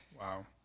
wow